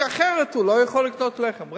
כי אחרת הוא לא יכול לקנות לחם.